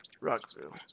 Rockville